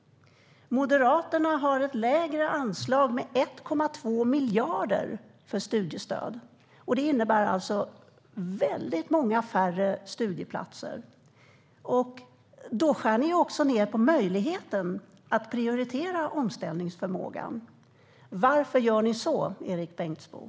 Moderaterna har ett anslag för studiestöd som är 1,2 miljarder lägre. Det innebär alltså väldigt många färre studieplatser. Då skär ni också ned på möjligheten att prioritera omställningsförmågan. Varför gör ni så, Erik Bengtzboe?